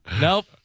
Nope